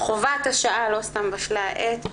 חובת השעה, לא סתם בשלה העת.